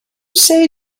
say